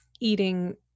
eating